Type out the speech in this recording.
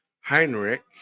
heinrich